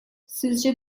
sizce